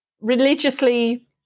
religiously